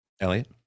Elliot